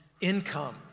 income